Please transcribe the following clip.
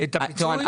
את הפיצוי?